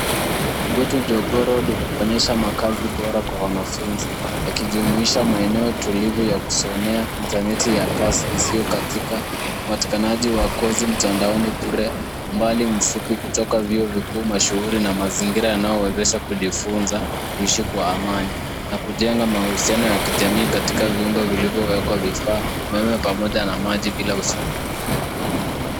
Kwetu Jogoo Road kuonyesha makazi bora kwa wanafunzi yakijumuisha maeneo tulivu ya kusomea intaneti ya kasi isiyokatika, upatikanaji wa kosi mtandaoni bure, umbali mifupi kutoka vyuo vikuu mashuhuri, mazingira yanayowezesha kujifunza, kuishi kwa amani na kujenga mahusiano ya kijamii katika vyumba vilivyowekwa vifaa, umeme pamoja na maji bila usumbufu.